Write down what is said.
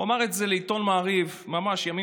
הוא אמר את זה לעיתון מעריב ממש ימים